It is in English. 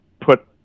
put